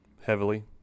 heavily